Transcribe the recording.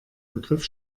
begriff